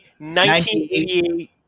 1988